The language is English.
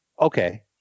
Okay